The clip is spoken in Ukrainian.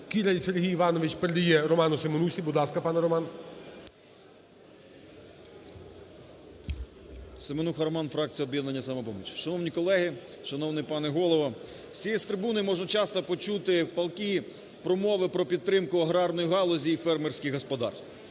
Кіраль Сергій Іванович передає Роману Семенусі. Будь ласка, пане Роман. 13:48:03 СЕМЕНУХА Р.С. Семенуха Роман, фракція "Об'єднання "Самопоміч". Шановні колеги, шановний пане Голово! З цієї трибуни можна часто почути палкі промови про підтримку агарної галузі і фермерських господарств,